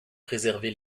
préserver